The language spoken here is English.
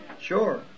Sure